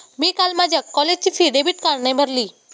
मी काल माझ्या कॉलेजची फी डेबिट कार्डने भरली